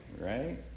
Right